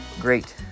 great